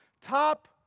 Top